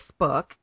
Facebook